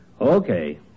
Okay